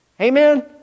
Amen